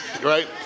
right